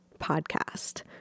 podcast